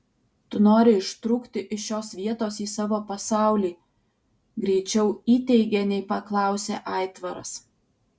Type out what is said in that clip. tu nori ištrūkti iš šios vietos į savo pasaulį greičiau įteigė nei paklausė aitvaras